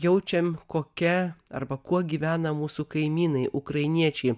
jaučiam kokia arba kuo gyvena mūsų kaimynai ukrainiečiai